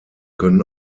können